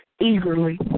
eagerly